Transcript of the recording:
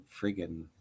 friggin